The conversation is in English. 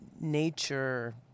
nature